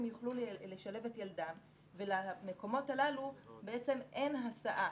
יוכלו לשלב את ילדם ולמקומות הללו בעצם אין הסעה.